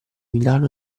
milano